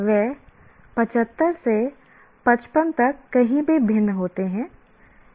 वे 75 से 55 तक कहीं भी भिन्न होते हैं